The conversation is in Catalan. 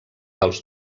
dels